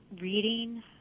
reading